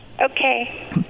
Okay